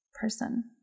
person